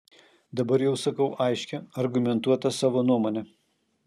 dabar jau sakau aiškią argumentuotą savo nuomonę